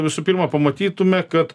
visų pirma pamatytume kad